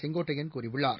செங்கோட்டையன் கூறியுள்ளார்